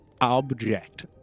object